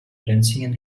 dancing